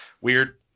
Weird